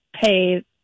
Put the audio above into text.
pay